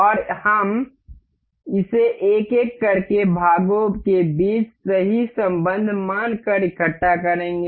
और हम इसे एक एक करके भागों के बीच सही संबंध मानकर इकट्ठा करेंगे